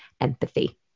empathy